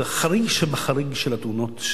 זה חריג שבחריג של התאונות,